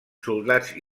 soldats